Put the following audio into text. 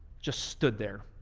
just stood there.